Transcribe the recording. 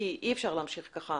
כי אי אפשר להמשיך ככה,